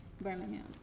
Birmingham